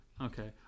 Okay